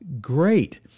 great